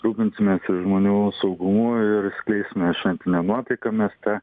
rūpinsimės ir žmonių saugumu ir skleisime šventinę nuotaiką mieste